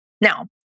now